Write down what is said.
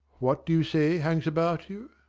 what do you say hangs about you?